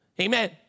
Amen